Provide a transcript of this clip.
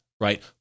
right